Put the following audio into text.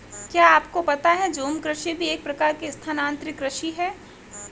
क्या आपको पता है झूम कृषि भी एक प्रकार की स्थानान्तरी कृषि ही है?